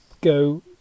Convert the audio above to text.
go